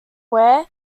wear